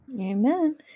Amen